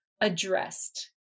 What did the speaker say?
addressed